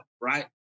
right